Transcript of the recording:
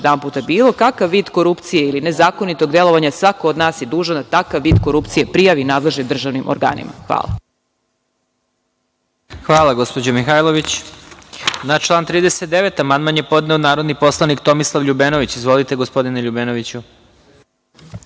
jedanputa, bilo kakav vid korupcije ili nezakonitog delovanja, svako od nas je dužan da takav vid korupcije prijavi nadležnim državnim organima. Hvala. **Vladimir Marinković** Hvala, gospođo Mihajlović. Na član 39. amandman je podneo narodni poslanik Tomislav Ljubenović. Izvolite. **Tomislav Ljubenović**